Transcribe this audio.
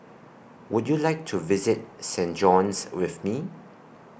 Would YOU like to visit Saint John's with Me